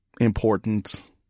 important